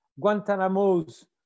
Guantanamo's